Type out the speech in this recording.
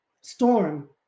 Storm